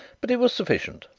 but it was sufficient.